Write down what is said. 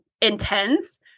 intense